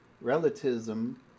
relativism